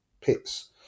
pits